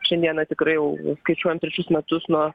šiandieną tikrai jau skaičiuojam trečius metus nuo